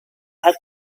had